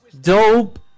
Dope